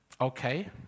okay